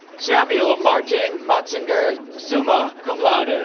samuel martin motsinger summa cum laude ah